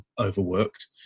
overworked